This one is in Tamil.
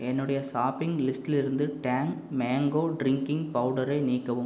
என்னுடைய ஷாப்பிங் லிஸ்டிலிருந்து டேங் மேங்கோ டிரிங்கிங் பவுடரை நீக்கவும்